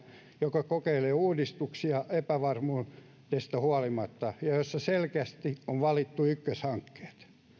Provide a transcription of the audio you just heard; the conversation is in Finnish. joka kokeilee uudistuksia epävarmuudesta huolimatta ja jossa selkeästi on valittu ykköshankkeet